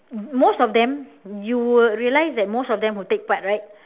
most of them you will realise that most of them will take part right